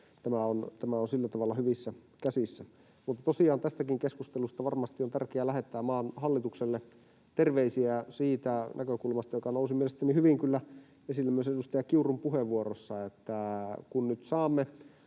tämä on sillä tavalla hyvissä käsissä. Tosiaan tästäkin keskustelusta varmasti on tärkeää lähettää maan hallitukselle terveisiä siitä näkökulmasta, joka nousi mielestäni hyvin kyllä esille myös edustaja Kiurun puheenvuorossa: